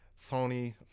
Sony